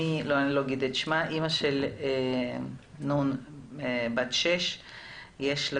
יש מישהי שכותבת לי שהיא אם לילדה בת 6 שיש לה